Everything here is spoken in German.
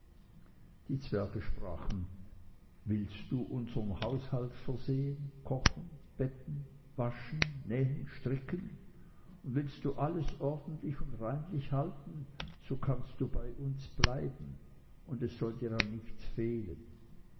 die zwerge sprachen willst du unsern haushalt versehen kochen betten waschen nähen und stricken und willst du alles ordentlich und reinlich halten so kannst du bei uns bleiben und es soll dir an nichts fehlen